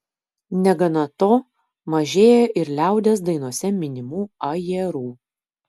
negana to mažėja ir liaudies dainose minimų ajerų